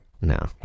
No